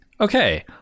okay